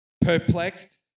Perplexed